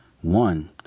One